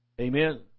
Amen